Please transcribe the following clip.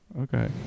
Okay